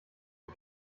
ins